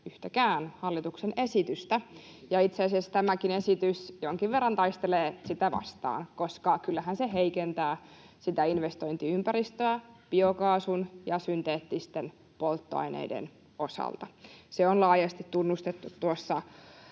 yhtäkään hallituksen esitystä, ja itse asiassa tämäkin esitys jonkin verran taistelee sitä vastaan, koska kyllähän se heikentää sitä investointiympäristöä biokaasun ja synteettisten polttoaineiden osalta. Se on laajasti tunnustettu